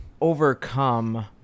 overcome